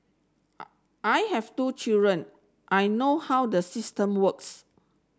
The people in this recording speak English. I have two children I know how the system works